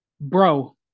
bro